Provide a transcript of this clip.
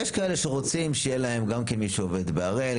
יש כאלה שרוצים שיהיה להם גם כן מי שעובד בהראל,